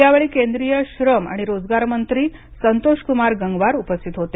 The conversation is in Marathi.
यावेळी केंद्रीय श्रम आणि रोजगार मंत्री संतोष कुमार गंगवार उपस्थित होते